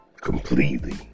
completely